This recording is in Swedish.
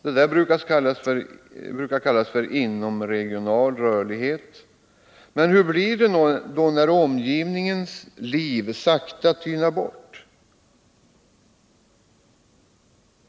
Det där brukar kallas för inomregional rörlighet. Men hur blir det när omgivningens liv tynar bort?